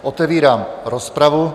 Otevírám rozpravu.